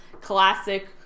Classic